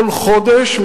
כל חודש,